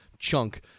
chunk